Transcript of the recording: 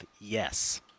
Yes